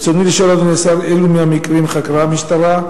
רצוני לשאול: 1. אילו מהמקרים חקרה המשטרה?